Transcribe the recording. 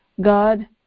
God